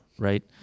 right